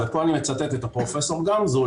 ופה אני מצטט את פרופ' גמזו,